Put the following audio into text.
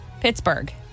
Pittsburgh